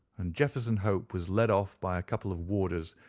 and jefferson hope was led off by a couple of warders,